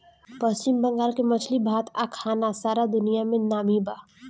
पश्चिम बंगाल के मछली भात आ खाना सारा दुनिया में नामी बा